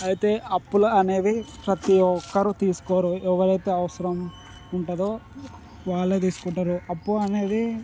అయితే అప్పులు అనేవి ప్రతీ ఒక్కరు తీసుకోరు ఎవరైతే అవసరం ఉంటుందో వాళ్ళే తీసుకుంటారు అప్పు అనేది